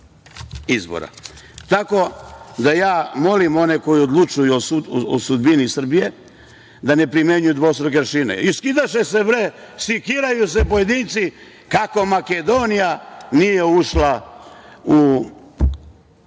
izbora. Molim one koji odlučuju o sudbini Srbije da ne primenjuju dvostruke aršine. Iskidaše se, bre, sekiraju se pojedinci kako Makedonija nije ušla u